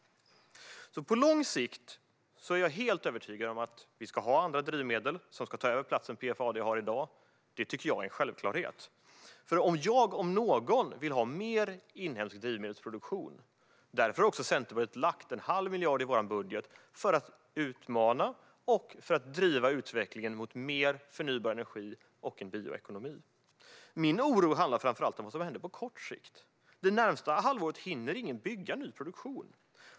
På lång sikt är jag helt övertygad om att vi ska ha andra drivmedel som ska ta över den plats PFAD har i dag. Det tycker jag är en självklarhet. Jag om någon vill ha mer inhemsk drivmedelsproduktion, och därför har Centerpartiet i sitt budgetförslag lagt en halv miljard för att utmana och driva utvecklingen mot mer förnybar energi och en bioekonomi. Min oro handlar framför allt om vad som händer på kort sikt. Under det närmaste halvåret hinner ingen bygga ny produktion.